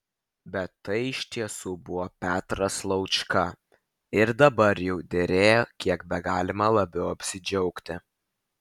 bet tai iš tiesų buvo petras laučka ir dabar jau derėjo kiek begalima labiau apsidžiaugti